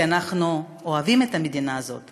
כי אנחנו אוהבים את המדינה הזאת